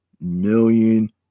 million